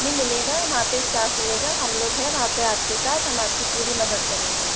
नहीं मिलेगा वहाँ पर स्टॉफ मिलेगा हम लोग हैं वहाँ पर आपके साथ हम आपकी पूरी मदद करेंगे